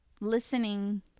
listening